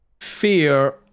fear